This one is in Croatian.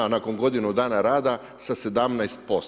Nakon godinu dana rada sa 17%